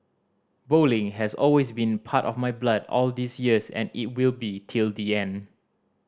bowling has always been part of my blood all these years and it will be till the end